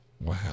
Wow